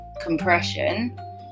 compression